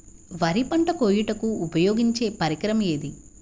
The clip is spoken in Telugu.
వరి పంట కోయుటకు ఉపయోగించే పరికరం ఏది?